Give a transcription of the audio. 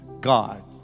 God